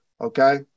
Okay